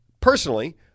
Personally